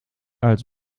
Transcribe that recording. als